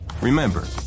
Remember